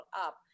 up